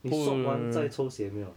你 swab 完再抽血没有啊